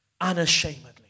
unashamedly